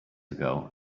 ago